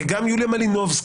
גם יוליה מלינובסקי,